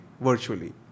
virtually